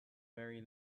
very